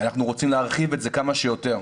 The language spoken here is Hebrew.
אנחנו רוצים להרחיב את זה כמה שיותר.